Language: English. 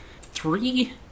three